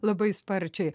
labai sparčiai